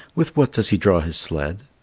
with what does he draw his sled?